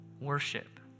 worship